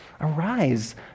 Arise